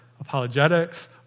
apologetics